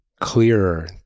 clearer